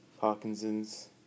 Parkinson's